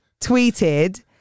tweeted